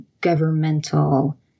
governmental